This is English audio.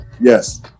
Yes